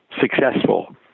successful